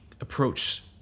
approach